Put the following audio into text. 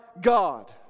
God